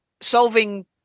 solving